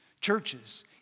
churches